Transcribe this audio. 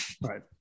Right